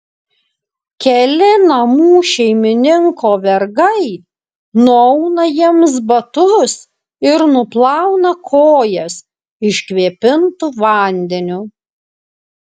keli namų šeimininko vergai nuauna jiems batus ir nuplauna kojas iškvėpintu vandeniu